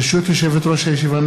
ברשות יושבת-ראש הישיבה,